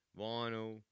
vinyl